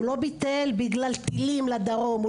הוא לא ביטל בגלל טילים לדרום,